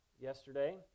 Yesterday